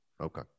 Okay